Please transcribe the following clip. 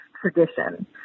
tradition